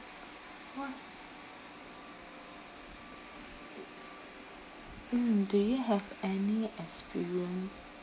what mm do you have any experience